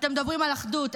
ואתם מדברים על אחדות.